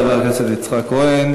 תודה לחבר הכנסת יצחק כהן.